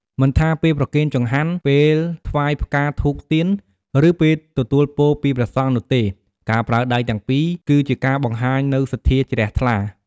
មិនថាពេលប្រគេនចង្ហាន់ ពេលថ្វាយផ្កាធូបទៀន ឬពេលទទួលពរពីព្រះសង្ឃនោះទេ ការប្រើដៃទាំងពីរគឺជាការបង្ហាញនូវសទ្ធាជ្រះថ្លា។